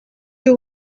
you